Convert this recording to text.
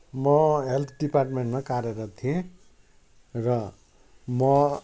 म हेल्थ डिपार्टमेन्टमा कार्यरत थिएँ र म